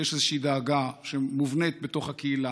יש איזושהי דאגה שמובנית בתוך הקהילה.